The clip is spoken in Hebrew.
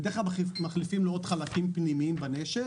מחליפים לו עוד חלקים פנימיים בנשק,